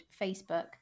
Facebook